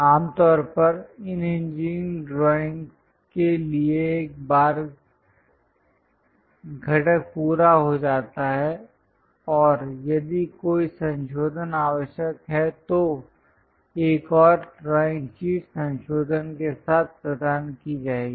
आमतौर पर इन इंजीनियरिंग ड्रॉइंग के लिए एक बार घटक पूरा हो जाता है और यदि कोई संशोधन आवश्यक है तो एक और ड्राइंग शीट संशोधन के साथ प्रदान की जाएगी